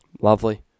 Lovely